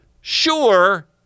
sure